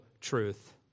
truth